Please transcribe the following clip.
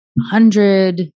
hundred